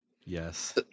Yes